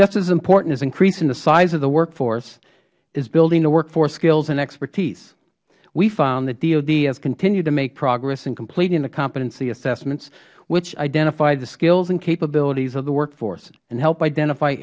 just as important as increasing the size of the workforce is building the workforce skills and expertise we found that dod has continued to make progress in completing the competency assessments which identify the skills and capabilities of the workforce and help identify